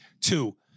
Two